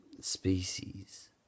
species